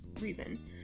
reason